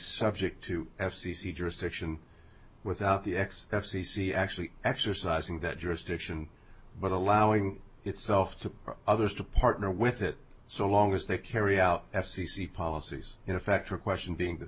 subject to f c c jurisdiction without the ex f c c actually exercising that jurisdiction but allowing itself to others to partner with it so long as they carry out f c c policies in effect for question being